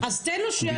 אז תן לו שנייה,